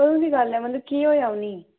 कदूं दी गल्ल ऐ मतलब केह् होए आ उ'नें गी